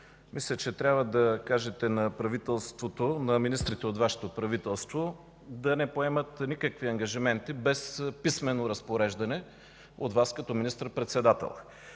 Мисля, че трябва да кажете на министрите от Вашето правителство да не поемат никакви ангажименти без писмено разпореждане от Вас като министър-председател,